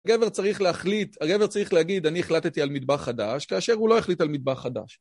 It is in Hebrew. הגבר צריך להחליט, הגבר צריך להגיד, אני החלטתי על מטבח חדש, כאשר הוא לא החליט על מטבח חדש.